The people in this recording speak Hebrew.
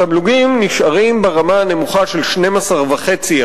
התמלוגים נשארים ברמה הנמוכה של 12.5%,